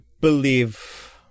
believe